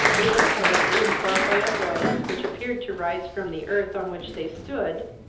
they were however informed by a voice, which appeared to rise from the earth on which they stood,